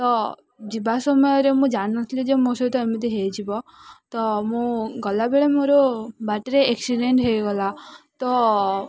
ତ ଯିବା ସମୟରେ ମୁଁ ଜାଣିନଥିଲି ଯେ ମୋ ସହିତ ଏମିତି ହେଇଯିବ ତ ମୁଁ ଗଲାବେଳେ ମୋର ବାଟରେ ଆକ୍ସିଡ଼େଣ୍ଟ ହେଇଗଲା ତ